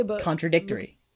contradictory